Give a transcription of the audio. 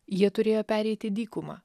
jie turėjo pereiti dykumą